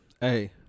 hey